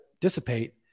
dissipate